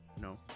No